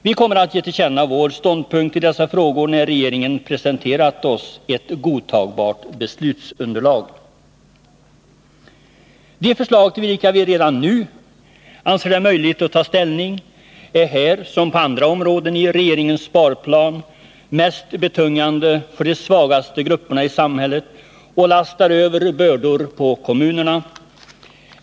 Vi kommer att ge till känna vår ståndpunkt i dessa frågor när regeringen har presenterat oss ett godtagbart beslutsunderlag. De förslag till vilka vi redan nu anser det möjligt att ta ställning är, här som på andra områden i regeringens sparplan, mest betungande för de svagaste grupperna i samhället och lastar över bördor på kommunerna.